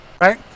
Right